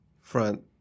Front